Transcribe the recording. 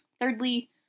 Thirdly